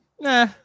Nah